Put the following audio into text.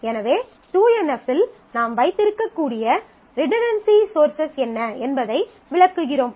எனவே 2NF இல் நாம் வைத்திருக்கக்கூடிய ரிடன்டன்சி சோர்ஸஸ் என்ன என்பதை விளக்குகிறோம்